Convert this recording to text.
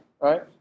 right